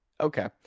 okay